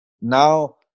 Now